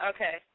Okay